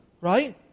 Right